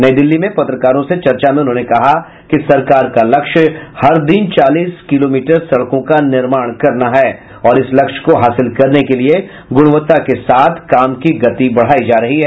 नई दिल्ली में पत्रकारों से चर्चा में उन्होंने कहा कि सरकार का लक्ष्य हर दिन चालीस किलोमीटर सड़कों का निर्माण करना है और इस लक्ष्य को हासिल करने के लिए गुणवत्ता के साथ काम की गति बढायी जा रही है